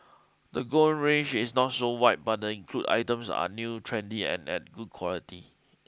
the gown range is not so wide but the include items are new trendy and at good quality